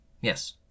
Yes